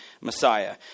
Messiah